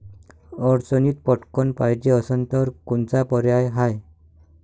अडचणीत पटकण पायजे असन तर कोनचा पर्याय हाय?